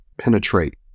penetrate